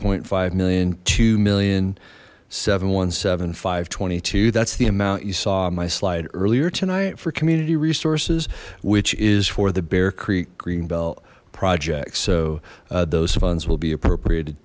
eight five million two million seven one seven five twenty two that's the amount you saw on my slide earlier tonight for community resources which is for the bear creek greenbelt project so those funds will be appropriated